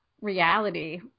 reality